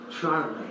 Charlie